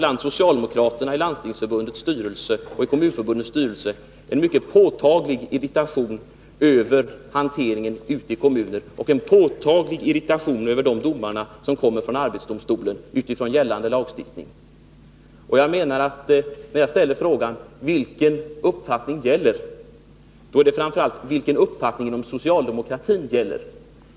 Bland socialdemokraterna i Landstingsförbundets styrelse och i Kommunförbundets styrelse finns det emellertid en mycket påtaglig irritation över hanteringen av medbestämmandelagen ute i kommunerna och över de domar som avkunnats av arbetsdomstolen utifrån gällande lagstiftning. När jag ställde frågan om vilken uppfattning det är som gäller, menade jag framför allt: Vilken uppfattning inom socialdemokratin gäller?